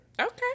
Okay